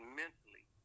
mentally